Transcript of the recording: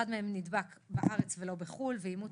אחד מהם נדבק בארץ ולא בחו"ל ואימות